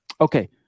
Okay